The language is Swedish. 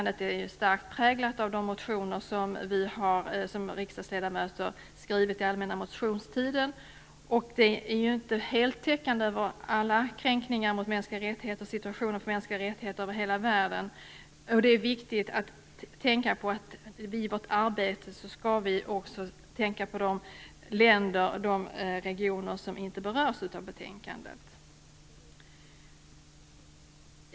Det är starkt präglat av de motioner som riksdagsledamöter skrivit under den allmänna motionstiden. Det är inte heltäckande - det täcker inte alla kränkningar av situationen för mänskliga rättigheter över hela världen - och det är därför viktigt att vi i vårt arbete också tänker på de länder och regioner som inte berörs i betänkandet.